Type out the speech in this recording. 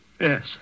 Yes